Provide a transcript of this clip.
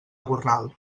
gornal